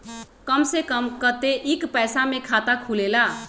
कम से कम कतेइक पैसा में खाता खुलेला?